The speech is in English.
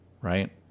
right